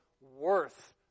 worth